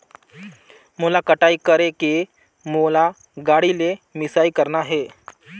मोला कटाई करेके मोला गाड़ी ले मिसाई करना हे?